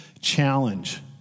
challenge